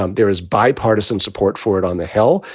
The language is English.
um there is bipartisan support for it on the hill.